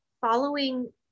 following